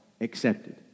accepted